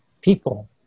people